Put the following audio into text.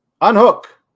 unhook